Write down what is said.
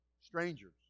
strangers